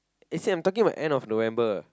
eh same I'm talking about end of November